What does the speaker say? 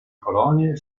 colonie